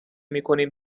میکنیم